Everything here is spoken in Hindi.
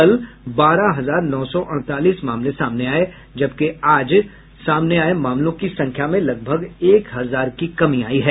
कल बारह हजार नौ सौ अड़तालीस मामले सामने आए जबकि आज सामने आए मामलों की संख्या में लगभग एक हजार की कमी आई है